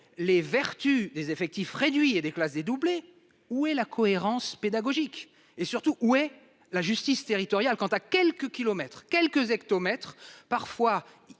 les vertus, les effectifs réduits et des classes dédoublées. Où est la cohérence pédagogique et surtout où est la justice territoriale quant à quelques km quelques hectomètres parfois